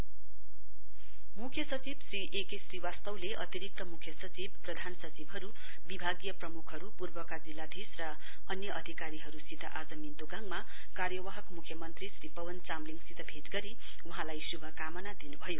CS called on caretaker CM मुख्य सचिव Shri A K श्रीवास्तवले अतिरिक्त मुख्य सचिव प्रधान सचिवाहरु विभागीय प्रमुखहरु पूर्वका जिल्लाधीश र अन्य अधिकारीहरुसित आज मिन्तोगाङमा कार्यवाहक मुख्यमन्त्री श्री पवन चामलिङसित भेट गरी वहाँलाई शुभकामना व्यक्त गर्नुभयो